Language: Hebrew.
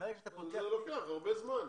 זה לוקח הרבה זמן.